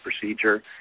procedure